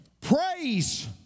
praise